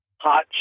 hot